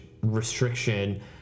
restriction